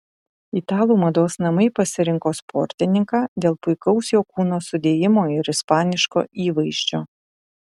italų mados namai pasirinko sportininką dėl puikaus jo kūno sudėjimo ir ispaniško įvaizdžio